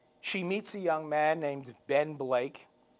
she meets a young man named ben blake,